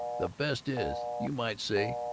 the best is, you might say,